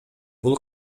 бул